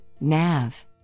nav